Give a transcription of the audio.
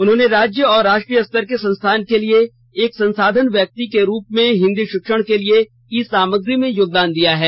उन्होंने राज्य और राष्ट्रीय स्तर के संस्थानों के लिए एक संसाधन व्यक्ति के रूप में हिंदी शिक्षण के लिए ई सामग्री में योगदान दिया है